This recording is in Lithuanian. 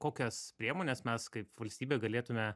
kokias priemones mes kaip valstybė galėtume